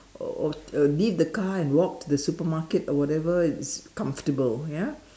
or or uh leave the car and walk to the supermarket or whatever it's comfortable ya